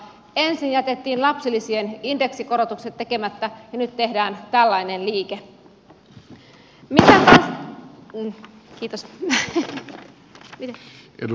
ensin jätettiin lapsilisien indeksikorotukset tekemättä ja nyt tehdään tällainen liike